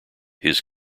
his